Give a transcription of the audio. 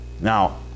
Now